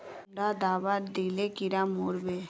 कुंडा दाबा दिले कीड़ा मोर बे?